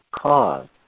cause